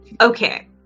Okay